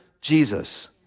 Jesus